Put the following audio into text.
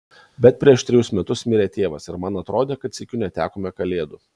bet prieš trejus metus mirė tėvas ir man atrodė kad sykiu netekome kalėdų